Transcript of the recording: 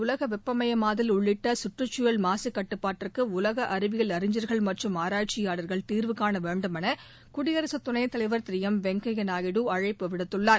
உலக வெப்பமயமாதல் உள்ளிட்ட கற்றுச்சூழல் மாககட்டுப்பாட்டிற்கு உலக அறிவியல் அறிஞர்கள் மற்றும் ஆராய்ச்சியாளர்கள் தீர்வுகாண வேண்டுமென குடியரக துணைத் தலைவர் திரு வெங்கைய நாயுடு அழைப்பு விடுத்துள்ளார்